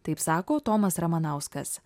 taip sako tomas ramanauskas